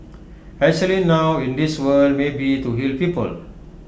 actually now in this world maybe to heal people